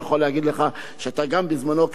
וביקשתי להעביר את הצעת החוק שלי,